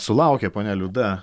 sulaukė ponia liuda